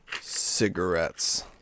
cigarettes